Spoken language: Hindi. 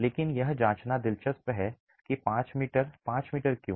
लेकिन यह जांचना दिलचस्प है कि 5 मीटर 5 मीटर क्यों